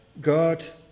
God